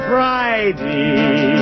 Friday